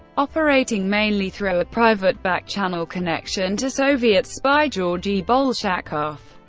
operating mainly through a private backchannel connection to soviet spy georgi bolshakov,